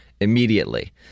immediately